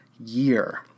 year